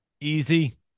easy